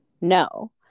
No